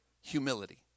Humility